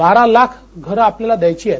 बारा लाख घरं आपल्याला द्यायची आहेत